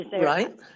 Right